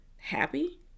happy